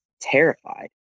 terrified